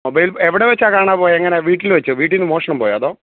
mobile എവിടെ വെച്ചാണ് കാണാതെ പോയത് എങ്ങനാണ് വീട്ടില് വെച്ചോ വീട്ടീന്ന് മോഷണം പോയോ അതോ